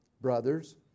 Brothers